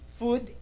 food